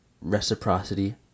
Reciprocity